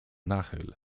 nachyl